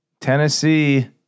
Tennessee